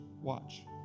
watch